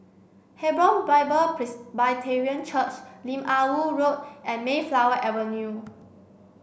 Hebron Bible Presbyterian Church Lim Ah Woo Road and Mayflower Avenue